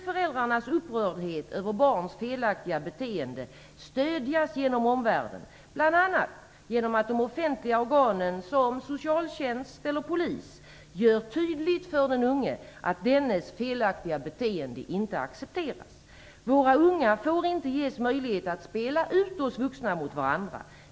Föräldrarnas upprördhet över barns felaktiga beteende måste t.ex. stödjas genom omvärlden, bl.a. genom att de offentliga organen såsom socialtjänsten eller Polisen gör tydligt för den unge att dennes felaktiga beteende inte accepteras. Våra unga får inte ges möjlighet att spela ut oss vuxna mot varandra.